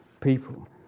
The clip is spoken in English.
people